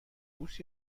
بوس